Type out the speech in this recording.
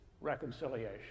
reconciliation